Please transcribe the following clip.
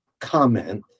comment